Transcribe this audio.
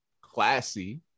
classy